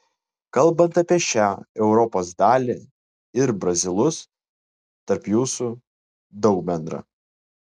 kalbant apie šią europos dalį ir brazilus tarp jūsų daug bendra